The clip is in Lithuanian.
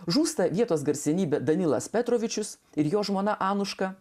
žūsta vietos garsenybių danilas petrovičius ir jo žmona anuška